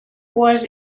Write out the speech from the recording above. was